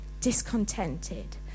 discontented